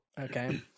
okay